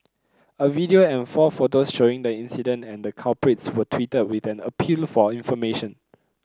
a video and four photos showing the incident and the culprits were tweeted with an appeal for information